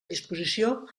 disposició